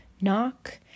Knock